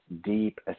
deep